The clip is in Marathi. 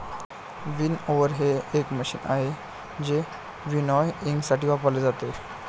विनओव्हर हे एक मशीन आहे जे विनॉयइंगसाठी वापरले जाते